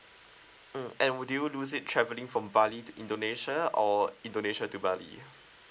mm and would you lose it travelling from bali to indonesia or indonesia to bali